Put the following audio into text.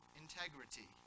integrity